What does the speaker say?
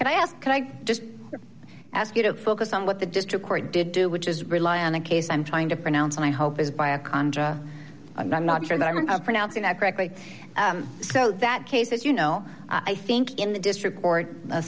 and i asked can i just ask you to focus on what the district court did do which is rely on a case i'm trying to pronounce and i hope is by a contra and i'm not sure that i'm pronouncing that correctly so that case that you know i think in the district